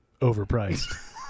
overpriced